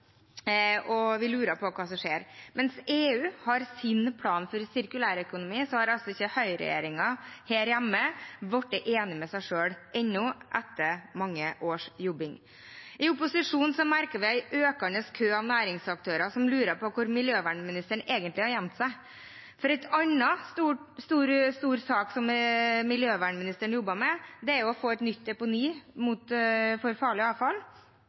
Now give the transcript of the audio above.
og vi lurer på hva som skjer. Mens EU har sin plan for sirkulærøkonomi, har altså ikke høyreregjeringen her hjemme blitt enig med seg selv ennå, etter mange års jobbing. I opposisjonen merker vi en økende kø av næringsaktører som lurer på hvor miljøministeren egentlig har gjemt seg. En annen stor sak som miljøministeren jobber med, er å få et nytt deponi for farlig avfall.